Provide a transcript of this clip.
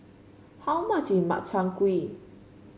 how much is Makchang Gui